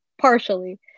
partially